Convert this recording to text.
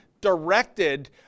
directed